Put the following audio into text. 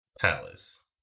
palace